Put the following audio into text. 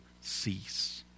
cease